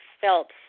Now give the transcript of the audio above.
felt